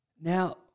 Now